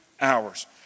hours